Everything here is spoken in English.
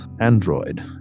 android